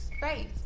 space